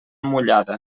mullada